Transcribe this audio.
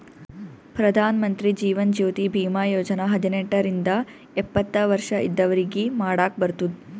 ಪ್ರಧಾನ್ ಮಂತ್ರಿ ಜೀವನ್ ಜ್ಯೋತಿ ಭೀಮಾ ಯೋಜನಾ ಹದಿನೆಂಟ ರಿಂದ ಎಪ್ಪತ್ತ ವರ್ಷ ಇದ್ದವ್ರಿಗಿ ಮಾಡಾಕ್ ಬರ್ತುದ್